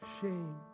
shame